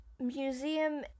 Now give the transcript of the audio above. museum